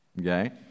okay